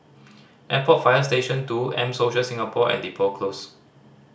Airport Fire Station Two M Social Singapore and Depot Close